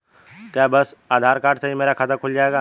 क्या बस आधार कार्ड से ही मेरा खाता खुल जाएगा?